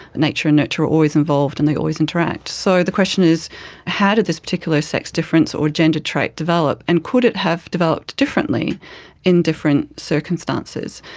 nature and nurture are always involved and they always interact. so the question is how did this particular sex difference or gender trait develop, and could it have developed differently in different circumstances?